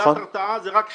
חבילת הרתעה זה רק חלק.